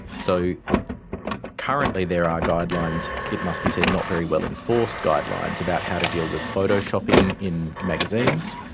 so currently there are guidelines, it must be said not very well enforced guidelines, about how to deal with photoshopping in magazines.